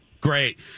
Great